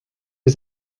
que